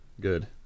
Good